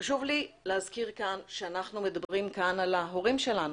חשוב לי להזכיר שאנחנו מדברים כאן על ההורים שלנו,